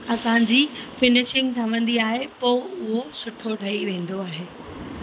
असांजी फिनिशिंग ठहंदी आहे पोइ उहो सुठो ठही वेंदो आहे